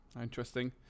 Interesting